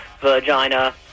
vagina